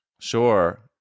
Sure